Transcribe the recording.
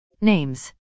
Names